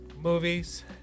movies